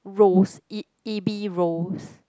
roes e~ ebi roes